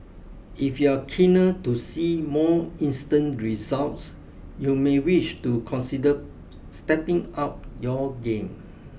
if you're keener to see more instant results you may wish to consider stepping up your game